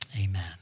Amen